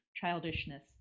Childishness